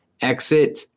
Exit